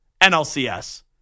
NLCS